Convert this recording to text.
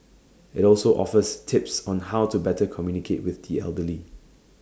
IT also offers tips on how to better communicate with the elderly